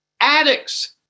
addicts